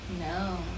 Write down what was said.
no